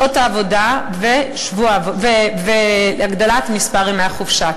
שעות העבודה והגדלת מספר ימי החופשה.